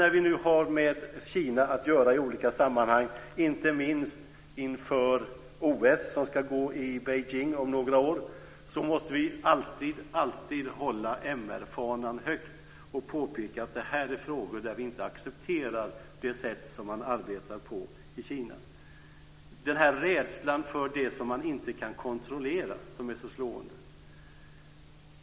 När vi har med Kina att göra i olika sammanhang, inte minst inför OS som ska gå i Beijing om några år, tycker jag att vi alltid måste hålla MR-fanan högt och påpeka att det här är frågor där vi inte accepterar det sätt som man arbetar på i Kina. Det är rädslan för det som man inte kan kontrollera som är så slående.